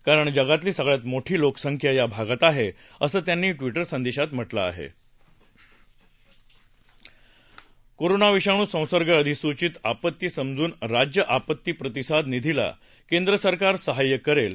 कारण जगातली सगळ्यात मोठी लोकसंख्या या भागात आहा असं त्यांनी ट्विट संदधीत म्हटलं आहा कोरोना विषाणू संसर्ग अधिसूचित आपत्ती समजून राज्य आपत्ती प्रतिसाद निधीला केंद्र सरकार सहाय्य करेल